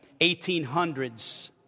1800s